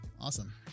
Awesome